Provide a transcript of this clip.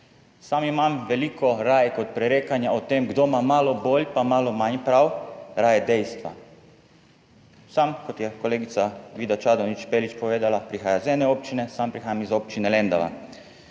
Sam imam veliko raje kot prerekanja o tem, kdo ima malo bolj pa malo manj prav, raje dejstva. Sam, kot je kolegica Vida Čadonič Špelič povedala, prihajam iz ene občine, sam prihajam iz občine Lendava,